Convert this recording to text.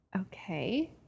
okay